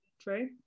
true